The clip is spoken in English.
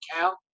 count